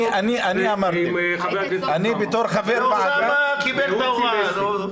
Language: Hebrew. ותודה לחברי הכנסת על הנוכחות ולאנשי משרד הבריאות.